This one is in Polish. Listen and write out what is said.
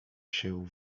się